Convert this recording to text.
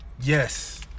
yes